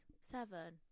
Seven